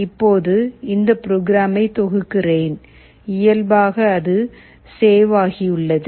இப்போது இந்த ப்ரோக்ராமை தொகுக்கிறேன் இயல்பாக அது சேவ் ஆகியுள்ளது